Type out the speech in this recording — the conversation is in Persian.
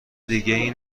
دیگه